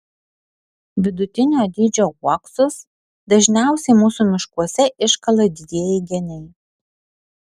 vidutinio dydžio uoksus dažniausiai mūsų miškuose iškala didieji geniai